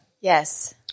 Yes